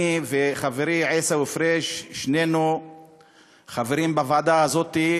אני וחברי עיסאווי פריג, שנינו חברים בוועדה הזאת.